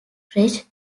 fresh